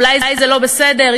אולי זה לא בסדר,